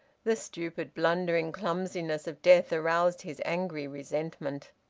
the stupid, blundering clumsiness of death aroused his angry resentment.